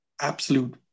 absolute